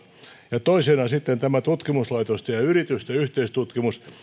ja toisena tutkimuslaitosten ja yritysten yhteistutkimus